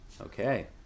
Okay